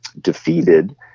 defeated